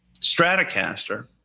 Stratocaster